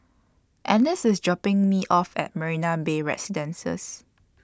Annice IS dropping Me off At Marina Bay Residences